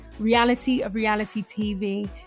realityofrealitytv